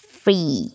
free